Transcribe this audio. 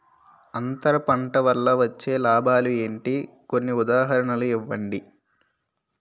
అంతర పంట వల్ల వచ్చే లాభాలు ఏంటి? కొన్ని ఉదాహరణలు ఇవ్వండి?